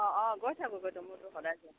অ অ গৈ থাকোঁ মইটো সদায়